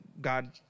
God